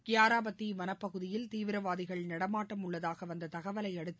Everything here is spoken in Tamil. கியாராபத்தி வனப்பகுதியில் தீவிரவாதிகள் நடமாட்டம் உள்ளதாக வந்த தகவலையடுத்து